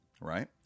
right